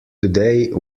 today